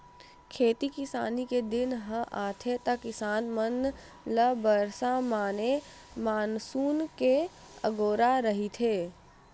खेती किसानी के दिन ह आथे त किसान मन ल बरसा माने मानसून के अगोरा रहिथे